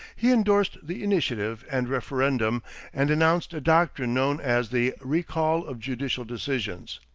he indorsed the initiative and referendum and announced a doctrine known as the recall of judicial decisions.